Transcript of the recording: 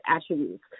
attributes